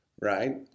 right